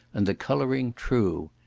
and the colouring true.